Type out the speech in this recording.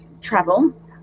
travel